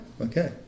okay